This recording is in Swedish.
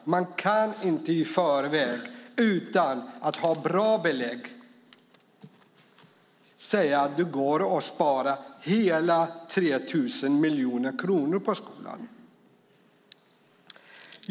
Man kan inte i förväg utan att ha bra belägg säga att det går att spara hela 3 000 miljoner kronor på skolan.